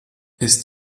ist